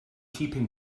keeping